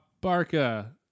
Barca